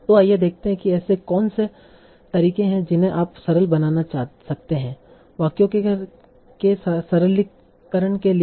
तो आइए देखते हैं कि ऐसे कौन से तरीके हैं जिन्हें आप सरल बना सकते हैं वाक्यों के सरलीकरण के लिए